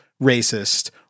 racist